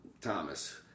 Thomas